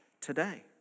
today